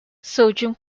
sodium